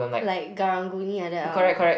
like Karang-Guni like that ah